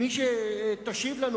מי שתשיב לנו,